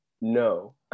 No